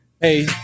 Hey